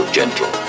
gentle